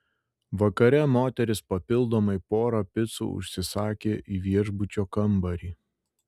vakare moteris papildomai porą picų užsisakė į viešbučio kambarį